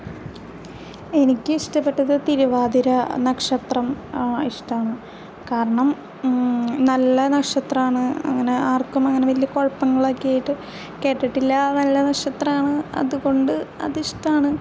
എനിക്ക് ഇഷ്ടപ്പെട്ടത് തിരുവാതിര നക്ഷത്രം ഇഷ്ടമാണ് കാരണം നല്ല നക്ഷത്രമാണ് അങ്ങനെ ആർക്കും അങ്ങനെ വലിയ കുഴപ്പങ്ങളൊക്കെ ആയിട്ട് കേട്ടിട്ടില്ല നല്ല നക്ഷത്രമാണ് അത് കൊണ്ട് അത് ഇഷ്ടമാണ്